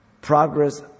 Progress